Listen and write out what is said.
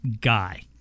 guy